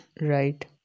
right